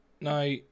Now